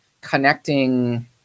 connecting